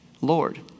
Lord